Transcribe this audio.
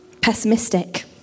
pessimistic